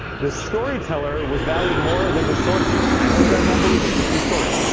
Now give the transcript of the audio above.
the storyteller was valued more than the swordsman. i know you guys won't believe me. it's a true story.